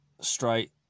straight